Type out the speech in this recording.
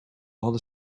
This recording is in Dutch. hadden